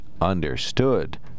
understood